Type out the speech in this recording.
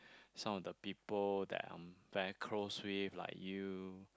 some of the people that I'm very close with like you